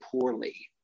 poorly